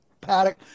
paddock